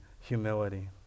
humility